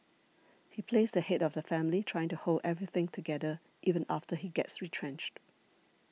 he plays the head of the family trying to hold everything together even after he gets retrenched